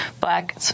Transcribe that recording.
black